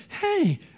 Hey